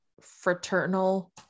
fraternal